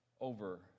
over